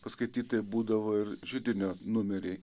paskaityt tai būdavo ir židinio numeriai